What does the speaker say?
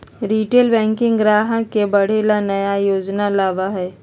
retail banking ग्राहक के बढ़े ला नया योजना लावा हई